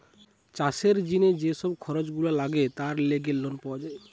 চাষের জিনে যে সব খরচ গুলা লাগে তার লেগে লোন পাওয়া যায়